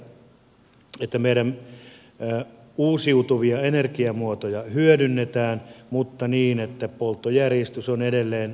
meille on tärkeätä että meidän uusiutuvia energiamuotoja hyödynnetään mutta niin että polttojärjestys on edelleen hake ja turve